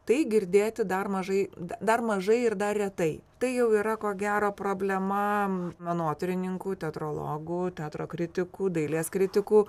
tai girdėti dar mažai dar mažai ir dar retai tai jau yra ko gero problema menotyrininkų teatrologų teatro kritikų dailės kritikų